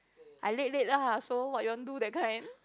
I late late lah so what you want do that kind